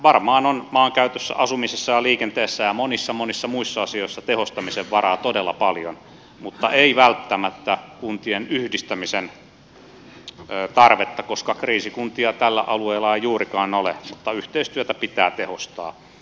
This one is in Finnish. varmaan on maankäytössä asumisessa ja liikenteessä ja monissa monissa muissa asioissa tehostamisen varaa todella paljon mutta ei välttämättä kuntien yhdistämisen tarvetta koska kriisikuntia tällä alueella ei juurikaan ole mutta yhteistyötä pitää tehostaa